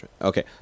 okay